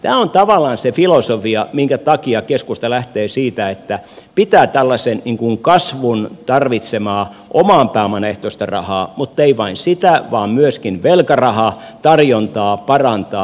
tämä on tavallaan se filosofia minkä takia keskusta lähtee siitä että pitää tällaisen kasvun tarvitsemaa oman pääoman ehtoisen rahan mutta ei vain sitä vaan myöskin velkarahan tarjontaa parantaa